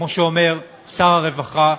כמו שאומר שר הרווחה,